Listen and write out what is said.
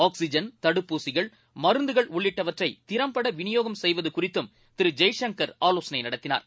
oxygen தடுப்பூசிகள்மருந்துகள் உள்ளிட்டவற்றைதிறம்பட்டவிநியோகம் செய்வதுகுறித்தும் திரு ஜெய்சங்கர் ஆலோசனைநடத்தினார்